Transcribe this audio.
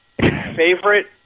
favorite